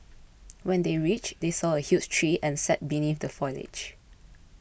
when they reached they saw a huge tree and sat beneath the foliage